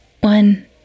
one